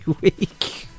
week